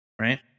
right